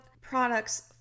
products